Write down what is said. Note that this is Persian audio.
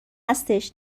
هستش